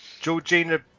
Georgina